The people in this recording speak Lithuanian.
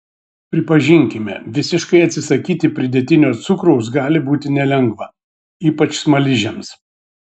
pripažinkime visiškai atsisakyti pridėtinio cukraus gali būti nelengva ypač smaližiams